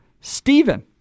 Stephen